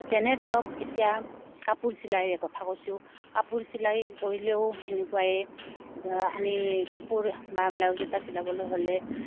যেনে ধৰক এতিয়া কাপোৰ চিলাইৰে কথা কৈছোঁ কাপোৰ চিলাই কৰিলেও সেনেকুৱাই আমি কাপোৰ বা ব্লাউজ এটা চিলাবলৈ হ'লে